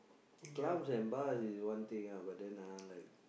clubs and bars is one thing ah but then ah like